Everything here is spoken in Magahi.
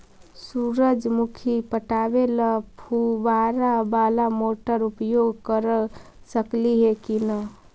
सुरजमुखी पटावे ल फुबारा बाला मोटर उपयोग कर सकली हे की न?